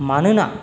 मानोना